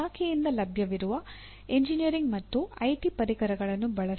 ಇಲಾಖೆಯಿಂದ ಲಭ್ಯವಿರುವ ಎಂಜಿನಿಯರಿಂಗ್ ಮತ್ತು ಐಟಿ ಪರಿಕರಗಳನ್ನು ಬಳಸಿ